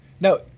Now